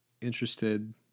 interested